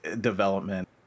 development